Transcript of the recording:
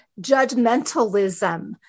judgmentalism